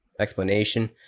explanation